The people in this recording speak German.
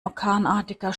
orkanartiger